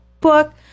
book